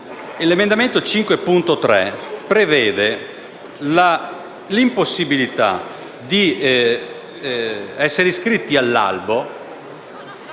L'emendamento 5.3 prevede l'impossibilità di essere iscritti all'albo